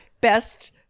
Best